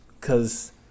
Cause